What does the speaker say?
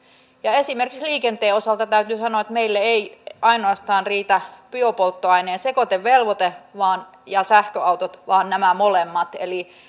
ja esimerkiksi liikenteen osalta täytyy sanoa että meille ei riitä ainoastaan biopolttoaineen sekoitevelvoite ja sähköautot vaan nämä molemmat eli